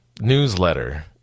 newsletter